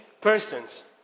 persons